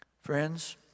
Friends